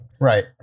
right